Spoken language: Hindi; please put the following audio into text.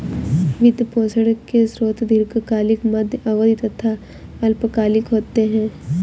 वित्त पोषण के स्रोत दीर्घकालिक, मध्य अवधी तथा अल्पकालिक होते हैं